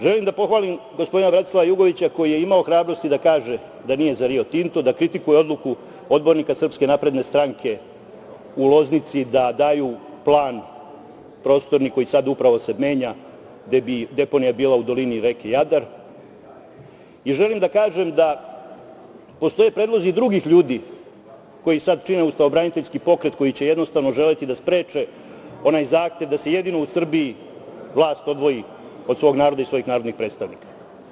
Želim da pohvalim gospodina Radislava Jugovića, koji je imao hrabrosti da kaže da nije za Rio Tinto, da kritikuje odluku odbornika Srpske napredne stranke u Loznici da daju plan prostorni koji se sada upravo menja, gde bi deponija bila u dolini reke Jadar i želim da kažem da postoje predlozi drugih ljudi koji sada čine ustavobraniteljski pokret, koji će jednostavno želeti da spreče onaj zahtev da se jedino u Srbiji vlast odvoji od svog naroda i svojih narodnih predstavnika.